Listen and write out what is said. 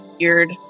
weird